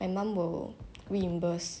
my mom will reimburse